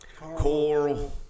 Coral